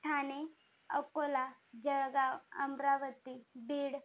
Thane Akola Jalgaon Amravati Beed